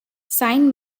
sign